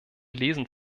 lesen